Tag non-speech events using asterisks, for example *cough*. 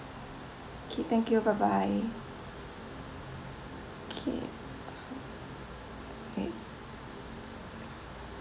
okay thank you bye bye okay *noise* eh